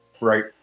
right